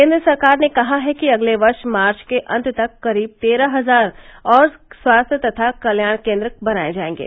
केन्द्र सरकार ने कहा है कि अगले वर्ष मार्च के अंत तक करीब तेरह हजार और स्वास्थ्य तथा कल्याण केन्द्र बनाये जायेंगे